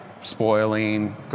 spoiling